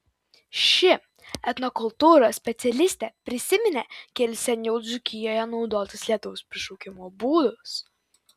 ši etnokultūros specialistė prisiminė kelis seniau dzūkijoje naudotus lietaus prišaukimo būdus